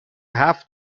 هفت